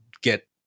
get